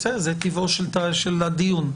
אני מדבר על שלב החקירה הגלויה,